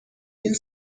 این